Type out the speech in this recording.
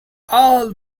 all